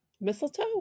Mistletoe